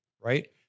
right